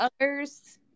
others